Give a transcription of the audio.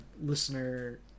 listener